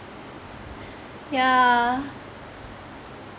yeah